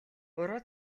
уруу